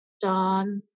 Don